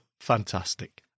Fantastic